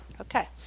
Okay